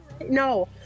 No